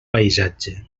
paisatge